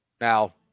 Now